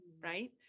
right